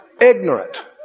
Ignorant